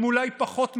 הם אולי פחות מרגשים,